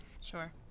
Sure